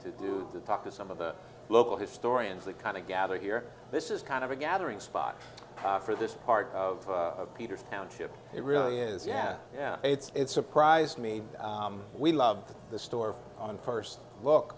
to do to talk to some of the local historians that kind of gather here this is kind of a gathering spot for this part of peter's township it really is yeah yeah it's surprised me we love the store on first look